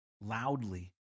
loudly